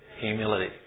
humility